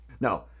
No